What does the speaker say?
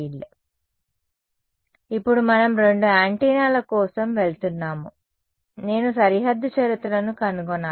EziA EzsA 0 for r ∈ A EziA EzsA EzsB 0 for r ∈ A ఇప్పుడు మనం రెండు యాంటెన్నాల కోసం వెళ్తున్నాము నేను సరిహద్దు షరతులను కనుగొనాలి